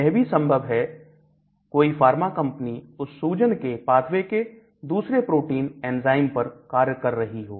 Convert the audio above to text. यह भी संभव है कोई फार्मा कंपनी उस सूजन के पाथवे के दूसरे प्रोटीन एंजाइम पर कार्य कर रही हो